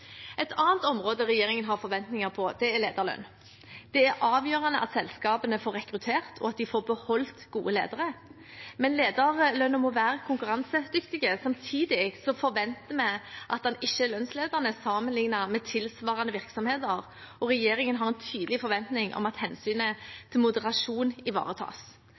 Et annet område regjeringen har forventninger på, er lederlønn. Det er avgjørende at selskapene får rekruttert og beholdt gode ledere, og lederlønnen må være konkurransedyktig. Samtidig forventer vi at man ikke er lønnsledende sammenlignet med tilsvarende virksomheter. Regjeringen har en tydelig forventning om at hensynet til moderasjon ivaretas.